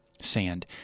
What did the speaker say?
sand